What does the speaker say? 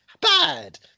bad